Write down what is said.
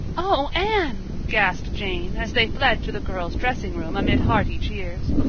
oh, anne, gasped jane, as they fled to the girls' dressing room amid hearty cheers.